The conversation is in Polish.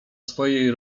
swojej